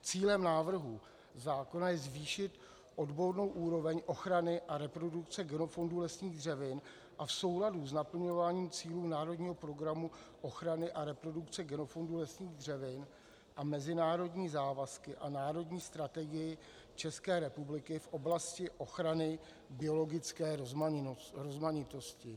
Cílem návrhu zákona je zvýšit odbornou úroveň ochrany a reprodukce genofondu lesních dřevin a v souladu s naplňováním cílů Národního programu ochrany a reprodukce genofondu lesních dřevin a mezinárodní závazky a národní strategii České republiky v oblasti ochrany biologické rozmanitosti (?).